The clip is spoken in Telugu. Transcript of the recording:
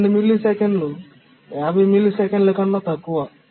12 మిల్లీసెకన్లు 50 మిల్లీసెకన్ల కన్నా తక్కువ